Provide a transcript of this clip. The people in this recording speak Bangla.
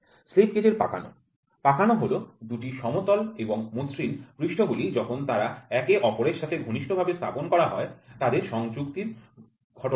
স্লিপ গেজ এর কচলানো কচলানো হল দুটি সমতল এবং মসৃণ পৃষ্ঠগুলি যখন তারা একে অপরের সাথে ঘনিষ্ঠ ভাবে স্থাপন করা হয় তাদের সংযুক্তি ঘটানো